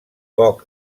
poc